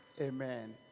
Amen